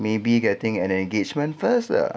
maybe getting an engagement first lah